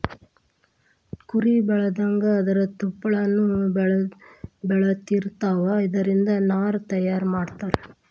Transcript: ಕುರಿ ಬೆಳದಂಗ ಅದರ ತುಪ್ಪಳಾನು ಬೆಳದಿರತಾವ, ಇದರಿಂದ ನಾರ ತಯಾರ ಮಾಡತಾರ